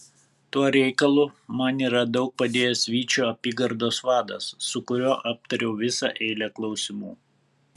tuo reikalu man yra daug padėjęs vyčio apygardos vadas su kuriuo aptariau visą eilę klausimų